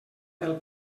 del